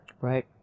right